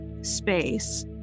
space